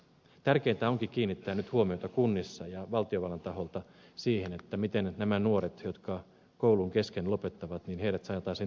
tärkeintä onkin kiinnittää nyt huomiota kunnissa ja valtiovallan taholta siihen miten nämä nuoret jotka koulun kesken lopettavat saataisiin takaisin kouluun